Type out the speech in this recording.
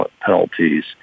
penalties